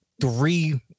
three